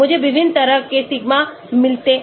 मुझे विभिन्न तरह के सिगमा मिलते हैं